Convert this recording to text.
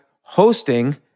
hosting